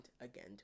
again